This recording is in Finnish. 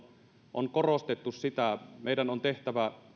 on korostettu meidän on tehtävä